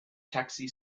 taxi